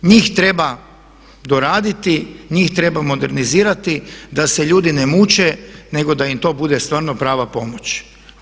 Njih treba doraditi, njih treba modernizirati da se ljudi ne muče nego da im to bude stvarno prava pomoć.